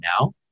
now